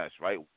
right